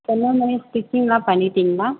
சொன்னாமாதிரியே ஸ்டிச்சிங்லாம் பண்ணீவிட்டிங்களா